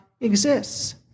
exists